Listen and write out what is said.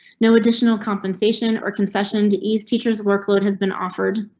no additional compensation or concession to ease teachers. workload has been offered.